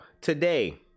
today